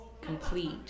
complete